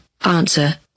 Answer